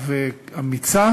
ישירה ואמיצה